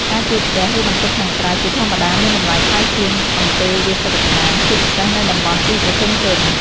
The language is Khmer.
ការជួលផ្ទះ ឬបន្ទប់ខាងក្រៅជាធម្មតាមានតម្លៃថ្លៃជាងអន្តេវាសិកដ្ឋាន ជាពិសេសនៅតំបន់ទីប្រជុំជន។